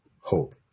hope